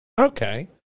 Okay